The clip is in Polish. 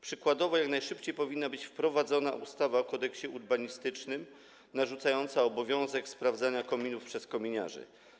Przykładowo jak najszybciej powinna być wprowadzona ustawa o kodeksie urbanistycznym narzucająca obowiązek sprawdzania kominów przez kominiarzy.